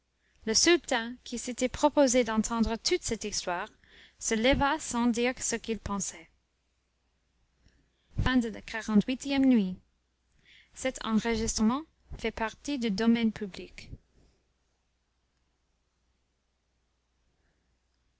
le sultan qui s'était proposé d'entendre toute cette histoire se leva sans dire ce qu'il pensait xlix nuit